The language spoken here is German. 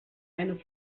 eine